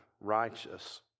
righteous